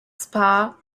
spa